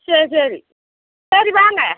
சரி சரி சரி வாங்க